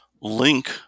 link